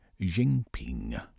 Jinping